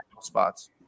spots